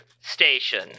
station